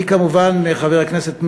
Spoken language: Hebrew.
אני, כמובן, חבר הכנסת מרגי,